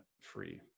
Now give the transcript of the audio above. free